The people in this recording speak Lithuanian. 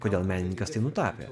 kodėl menininkas tai nutapė